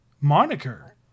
moniker